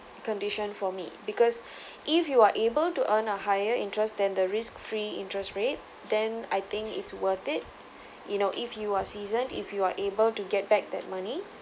condition for me because if you are able to earn a higher interest than the risk free interest rate then I think it's worth it you know if you are season if you are able to get back that money